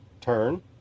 turn